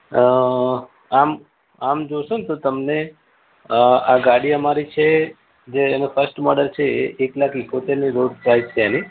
અ આમ આમ જોશો ને તો તમને આ આ ગાડી અમારી છે જે એનું ફર્સ્ટ મૉડલ છે એ એક લાખ ઈકોતેરની રોડ પ્રાઈઝ છે એની